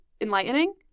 enlightening